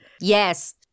Yes